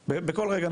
בכל רגע נתון.